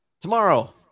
tomorrow